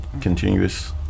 continuous